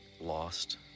lost